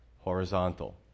horizontal